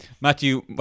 Matthew